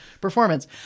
performance